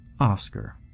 Oscar